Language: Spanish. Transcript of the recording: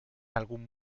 algún